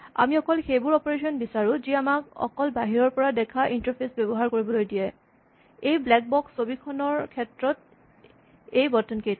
আমি অকল সেইবোৰ অপাৰেচন বিচাৰোঁ যি আমাক অকল বাহিৰৰ পৰা দেখা ইন্টাৰফেচ ব্যৱহাৰ কৰিবলৈ দিয়ে এই ব্লেক বক্স ছবিখনৰ ক্ষেত্ৰত এই বুটাম কেইটা